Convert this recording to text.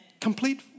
Complete